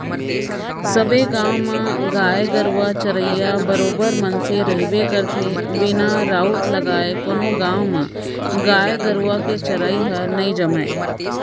सबे गाँव म गाय गरुवा चरइया बरोबर मनसे रहिबे करथे बिना राउत लगाय कोनो गाँव म गाय गरुवा के चरई ह नई जमय